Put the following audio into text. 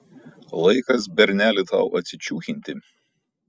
laikas berneli tau atsičiūchinti